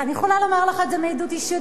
אני יכולה לומר לך את זה מעדות אישית,